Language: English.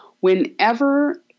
whenever